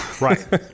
Right